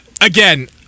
Again